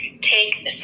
take